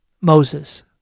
Moses